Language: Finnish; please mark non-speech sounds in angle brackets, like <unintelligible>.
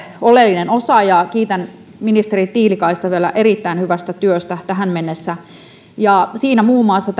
oleellinen osa ja kiitän ministeri tiilikaista erittäin hyvästä työstä tähän mennessä siinä muun muassa <unintelligible>